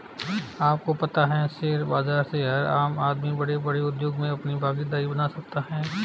आपको पता है शेयर बाज़ार से हर आम आदमी बडे़ बडे़ उद्योग मे अपनी भागिदारी बना सकता है?